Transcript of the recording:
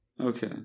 Okay